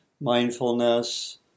mindfulness